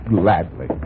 Gladly